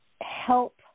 help